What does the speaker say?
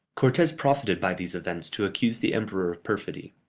cortes profited by these events to accuse the emperor of perfidy.